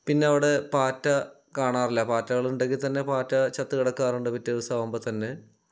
പിന്നെ അവിടെ പാറ്റ കാണാറില്ല പാറ്റകളുണ്ടെങ്കിൽ തന്നെ പാറ്റ ചത്ത് കിടക്കാറുണ്ട് പിറ്റേ ദിവസം ആകുമ്പോൾ തന്നെ